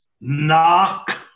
Knock